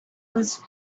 was